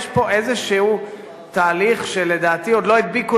יש פה איזשהו תהליך שלדעתי עוד לא הדביקו